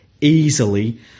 easily